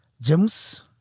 James